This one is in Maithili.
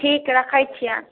ठीक है रखै छियनि